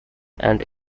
and